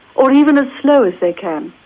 or even as slow as they can.